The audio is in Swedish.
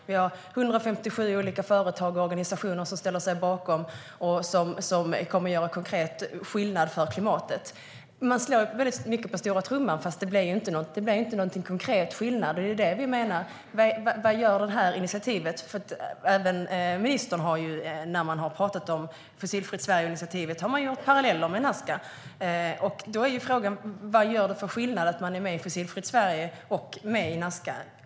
Vi har 157 olika företag och organisationer som ställer sig bakom och som kommer att göra konkret skillnad för klimatet! Men trots att man slår på stora trumman väldigt mycket blir det inte någon konkret skillnad. Det är det vi menar. När man har pratat om initiativet Fossilfritt Sverige har man dragit paralleller med Nazca. Då är frågan: Vad gör det för skillnad att man är med i Fossilfritt Sverige och i Nazca?